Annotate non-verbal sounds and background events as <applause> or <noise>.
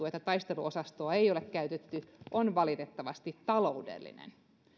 <unintelligible> että taisteluosastoa ei ole käytetty kuten täällä on monesti sanottu on valitettavasti taloudellinen